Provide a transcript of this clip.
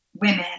women